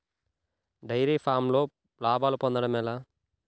Dairy ఫామ్లో లాభాలు పొందడం ఎలా?